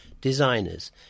designers